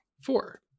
Four